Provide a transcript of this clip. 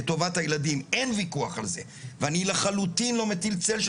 את טובת הילדים ועל זה אין וויכוח ואני לחלוטין לא מטיל צל של